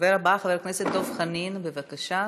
הדובר הבא, חבר הכנסת דב חנין, בבקשה.